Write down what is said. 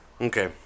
Okay